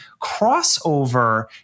crossover